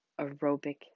aerobic